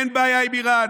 אין בעיה עם איראן,